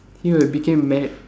he will became mad